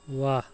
वाह